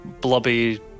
blobby